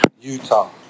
Utah